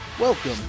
Welcome